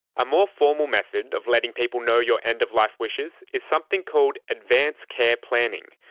a more formal method of letting people know your end-of-life wishes is something called advance care planning.